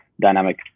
dynamic